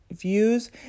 views